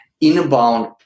inbound